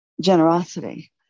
generosity